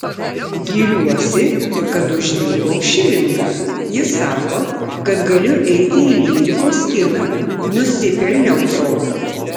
giriuosi kad uždirbau šilingą ji sako kad galiu eiti į lyrikos kiną nusipelniau to